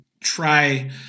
try